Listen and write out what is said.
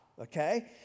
okay